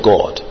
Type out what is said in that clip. God